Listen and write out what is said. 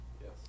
Yes